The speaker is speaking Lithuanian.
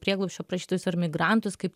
prieglobsčio prašytojus ar migrantus kaip